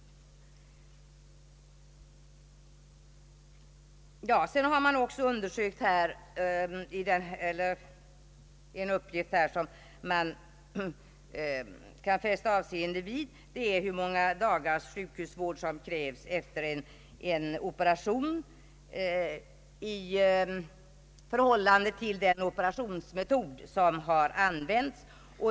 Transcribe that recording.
Uppgifter värda att fästa avseende vid är hur många dagars sjukhusvård som krävs efter en operation vid vilken en viss operationsmetod har använts.